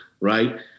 right